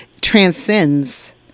transcends